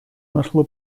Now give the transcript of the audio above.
нашло